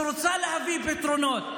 שרוצה להביא פתרונות.